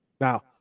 now